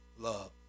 Love